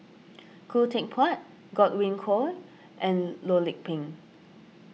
Khoo Teck Puat Godwin Koay and Loh Lik Peng